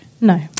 No